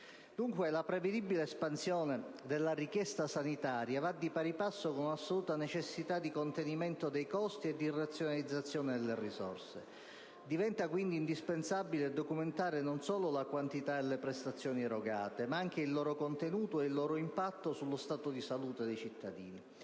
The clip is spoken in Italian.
Dunque, la prevedibile espansione della richiesta sanitaria va di pari passo con una assoluta necessità di contenimento dei costi e di razionalizzazione delle risorse. Diventa quindi indispensabile documentare non solo la quantità delle prestazioni erogate, ma anche il loro contenuto e impatto sullo stato di salute dei cittadini.